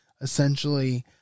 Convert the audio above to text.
essentially